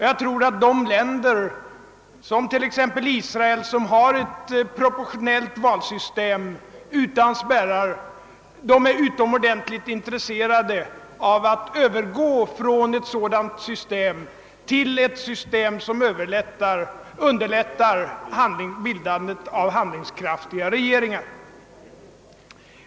Jag tror att sådana länder som Israel, som har ett proportionellt valsystem utan spärrar, är utomordentligt intresserat av att övergå från sitt nuvarande system till ett sådant som underlättar bildandet av handlingskraftiga regeringar.